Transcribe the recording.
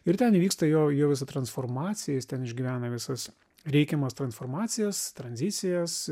ir ten įvyksta jo jo visa transformacija jis ten išgyvena visas reikiamas transformacijas tranzicijas